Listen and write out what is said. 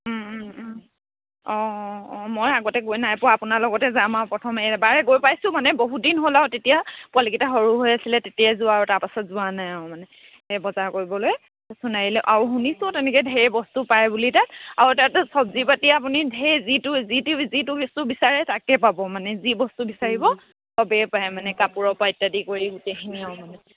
অঁ অঁ অঁ মই আগতে গৈ নাই পোৱা আপোনাৰ লগতে যাম আৰু প্ৰথম এইবাৰে গৈ পাইছোঁ মানে বহুদিন হ'ল আৰু তেতিয়া পোৱালিকেইটা সৰু হৈ আছিলে তেতিয়াই যোৱা আৰু তাৰপাছত যোৱা নাই আৰু মানে এই বজাৰ কৰিবলৈ সোনাৰীলৈ আৰু শুনিছোঁ তেনেকৈ ধেৰ বস্তু পায় বুলি তাত আৰু তাত চব্জি পাতি আপুনি ধেৰ যিটো যিটি যিটো সস্তু বিচাৰে তাকে পাব মানে যি বস্তু বিচাৰিব সবেই পায় মানে কাপোৰৰ পৰা ইত্যাদি কৰি গোটেইখিনি আৰু মানে